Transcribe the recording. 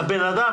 לבן אדם,